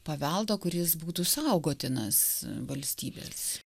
paveldo kuris būtų saugotinas valstybės